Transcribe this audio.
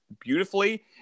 beautifully